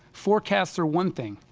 forecasts are one thing,